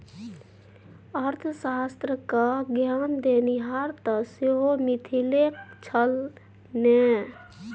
अर्थशास्त्र क ज्ञान देनिहार तँ सेहो मिथिलेक छल ने